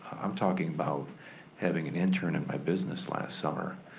i'm talking about having an intern in my business last summer,